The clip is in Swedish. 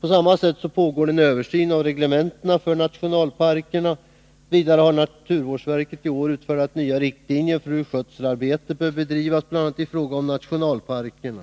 På samma sätt pågår f. n. en översyn av reglementena för nationalparkerna. Vidare har naturvårdsverket i år utfärdat nya riktlinjer för hur skötselarbetet bör bedrivas bl.a. i fråga om nationalparker.